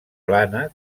plana